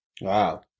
Wow